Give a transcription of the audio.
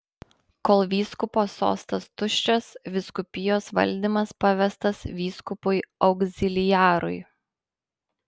kol vyskupo sostas tuščias vyskupijos valdymas pavestas vyskupui augziliarui